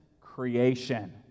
creation